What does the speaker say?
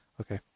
Okay